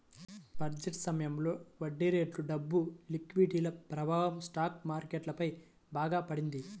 budget సమయంలో వడ్డీరేట్లు, డబ్బు లిక్విడిటీల ప్రభావం స్టాక్ మార్కెట్ పై బాగా పడింది